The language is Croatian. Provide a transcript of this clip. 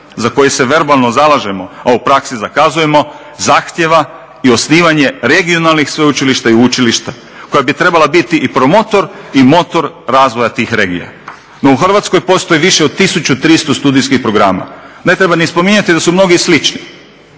za koji se verbalno zalažemo, a u praksi zakazujemo zahtijeva i osnivanje regionalnih sveučilišta i učilišta koja bi trebala biti i promotor i motor razvoja tih regija. No, u Hrvatskoj postoji više od 1300 studijskih programa. Ne treba ni spominjati da su mnogi slični.